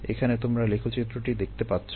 এখানে তোমরা লেখচিত্রটি দেখতে পাচ্ছো